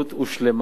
הושלמה,